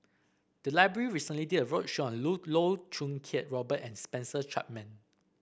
the library recently did a roadshow on Loh Choo Kiat Robert and Spencer Chapman